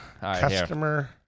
Customer